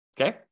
okay